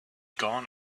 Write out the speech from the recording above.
gone